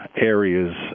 areas